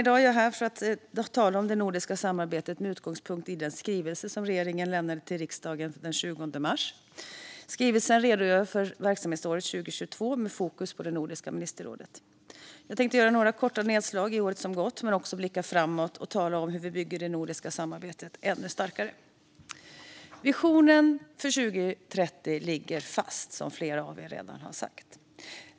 I dag är jag här för att tala om det nordiska samarbetet med utgångspunkt i den skrivelse som regeringen lämnade till riksdagen den 20 mars. Skrivelsen redogör för verksamhetsåret 2022, med fokus på Nordiska ministerrådet. Jag tänkte göra några korta nedslag i året som gått, men också blicka framåt och tala om hur vi bygger det nordiska samarbetet ännu starkare. Visionen för 2030 ligger fast, som många av er redan har sagt.